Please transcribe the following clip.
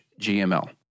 gml